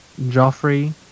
Joffrey